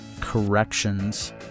corrections